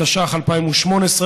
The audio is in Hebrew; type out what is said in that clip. התשע"ח 2018,